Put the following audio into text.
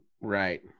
Right